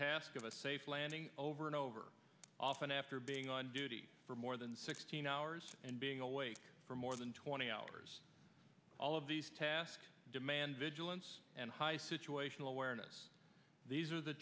task of a safe landing over and over often after being on duty for more than sixteen hours and being awake for more than twenty hours all of these tasks demand vigilance and high situational awareness these are the